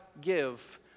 give